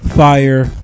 fire